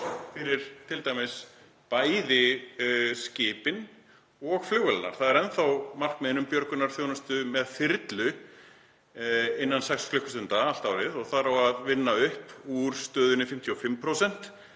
fyrir t.d. bæði skipin og flugvélarnar? Það eru enn þá markmiðin um björgunarþjónustu með þyrlu innan sex klukkustunda allt árið og þar á að vinna upp úr stöðunni 55%